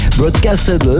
broadcasted